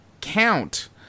count